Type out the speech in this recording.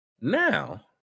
Now